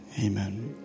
Amen